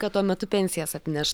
kad tuo metu pensijas atneš